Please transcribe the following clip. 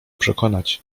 przekonać